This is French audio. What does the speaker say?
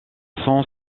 sens